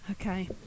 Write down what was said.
Okay